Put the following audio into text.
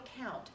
count